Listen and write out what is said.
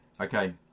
Okay